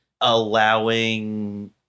allowing